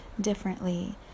differently